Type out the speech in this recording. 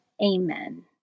Amen